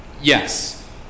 yes